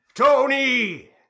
Tony